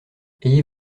ayez